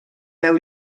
veu